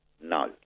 No